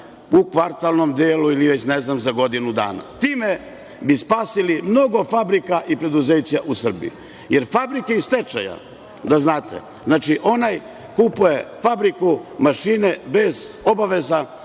u kvartalnom delu ili već ne znam za godinu dana. Time bi spasili mnogo fabrika i preduzeća u Srbiji, jer fabrike iz stečaja, da znate, onaj kupuje fabriku mašina bez obaveza,